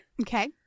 Okay